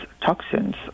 toxins